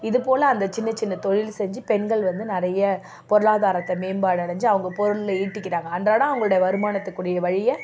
இது போல் அந்த சின்னச் சின்ன தொழில் செஞ்சு பெண்கள் வந்து நிறைய பொருளாதாரத்தைத மேம்பாடு அடைஞ்சி அவங்க பொருளை ஈட்டிக்கிறாங்க அன்றாடம் அவங்களுடைய வருமானத்துக்குரிய வழியை